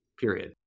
period